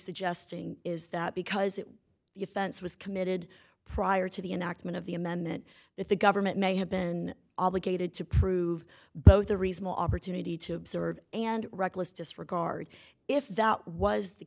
suggesting is that because your fence was committed prior to the enactment of the amendment that the government may have been obligated to prove both a reasonable opportunity to observe and reckless disregard if that was the